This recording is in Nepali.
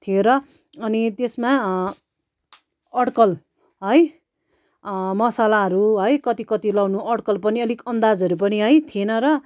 थियो र अनि त्यसमा अड्कल है मसलाहरू है कति कति लगाउनु अड्कल पनि अलिक अन्दाजहरू पनि है थिएन र